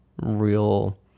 real